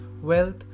wealth